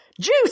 Juice